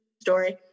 story